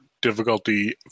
difficulty